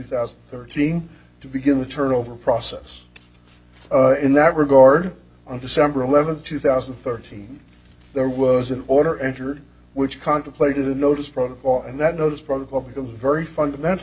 thousand thirteen to begin the turnover process in that regard on december eleventh two thousand and thirteen there was an order entered which contemplated a notice protocol and that those protocol becomes very fundamental